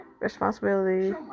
responsibility